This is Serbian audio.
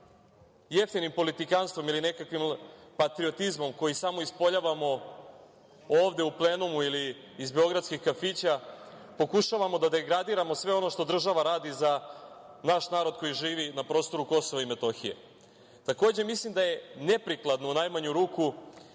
jeftinim politikanstvom ili nekakvim patriotizmom koji samo ispoljavamo ovde u plenumu, ili iz beogradskih kafića, pokušavamo da degradiramo sve ono što država radi za naš narod koji živi na prostoru Kosova i Metohije. Takođe, mislim da je neprikladno, u najmanju ruku,